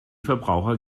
verbraucher